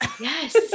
Yes